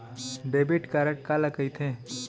Debit card काला कहिथे?